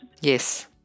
Yes